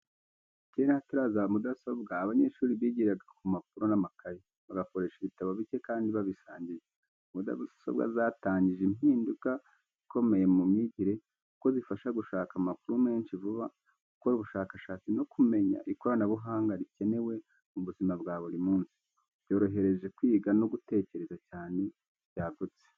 Kera hataraza mudasobwa, abanyeshuri bigiraga ku mpapuro n’amakayi, bagakoresha ibitabo bicye kandi babisangiye. Ubu mudasobwa zatangije impinduka ikomeye mu myigire, kuko zifasha gushaka amakuru menshi vuba, gukora ubushakashatsi no kumenya ikoranabuhanga rikenewe mu buzima bwa buri munsi. Byorohereje kwiga no gutekereza cyane byagutse.